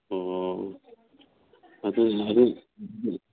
ꯑꯣ